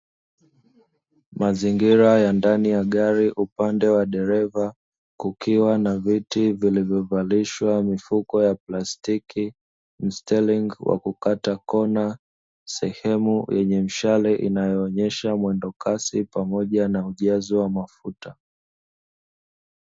Mazingira ya ndani ya gari upande wa dereva kukiwa na viti vilivyovalishwa mifuko ya plastiki. msteringi wa kukata kona, sehemu yenye mshale inayoonyesha mwendokasi pamoja na ujazo wa mafuta.